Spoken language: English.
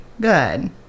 good